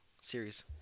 series